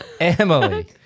Emily